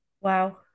Wow